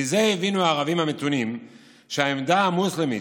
מזה הבינו הערבים המתונים שהעמדה המוסלמית